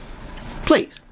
Please